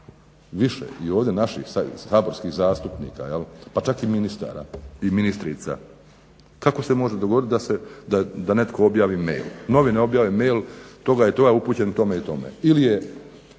više i ovdje naših saborskih zastupnika, pa čak i ministara, ministrica. Kako se može dogoditi da netko objavili mail, novine objave mail, toga je toga upućen tome i tome,